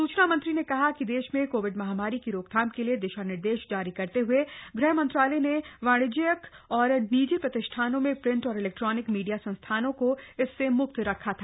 सूचना मंत्री ने कहा कि देश में कोविड महामारी की रोकथाम के लिए दिशा निर्देश जारी करते हुए गृह मंत्रालय ने वाणिज्यिक और निजी प्रतिष्ठानों में प्रिंट और इलेक्ट्रॉनिक मीडिया संस्थानों को इससे म्क्त रखा था